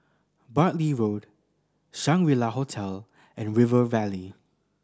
Bartley Road Shangri La Hotel and River Valley